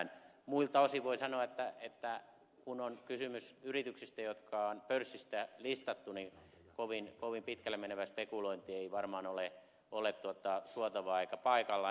muilta osin voi sanoa että kun on kysymys yrityksistä jotka on pörssissä listattu niin kovin pitkälle menevä spekulointi ei varmaan ole suotavaa eikä paikallaan